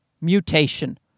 mutation